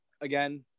again